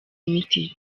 imiti